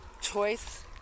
choice